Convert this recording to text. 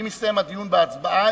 ואם הסתיים הדיון בהצבעה,